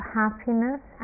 happiness